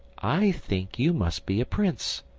i think you must be a prince,